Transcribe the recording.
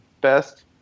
best